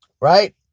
Right